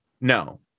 No